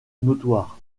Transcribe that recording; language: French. notoires